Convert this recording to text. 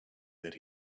that